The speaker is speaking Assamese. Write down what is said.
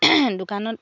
দোকানত